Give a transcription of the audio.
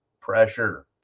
pressure